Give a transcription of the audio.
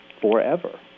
forever